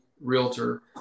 Realtor